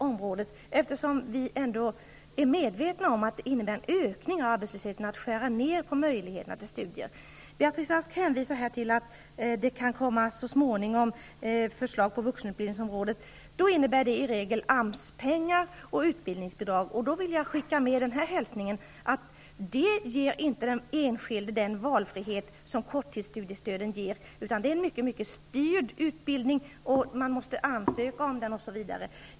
Vi är ändå medvetna om att det innebär en ökning av arbetslösheten när möjligheterna till studier skärs ned. Beatrice Ask hänvisar till att det så småningom skall komma förslag på vuxenutbildningsområdet. Det innebär i regel AMS-pengar och utbildningsbidrag. Jag vill skicka med följande hälsning. Det här ger inte den enskilde den valfrihet som korttidsstudiestöden ger. Det är fråga om en styrd utbildning som man måst söka till osv.